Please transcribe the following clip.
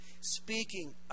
Speaking